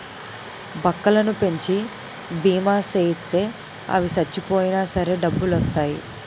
బక్కలను పెంచి బీమా సేయిత్తే అవి సచ్చిపోయినా సరే డబ్బులొత్తాయి